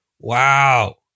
Wow